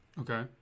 okay